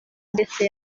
ndetse